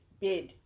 bed